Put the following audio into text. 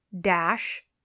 dash